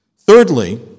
Thirdly